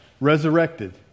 resurrected